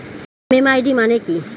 MMID মানে কি?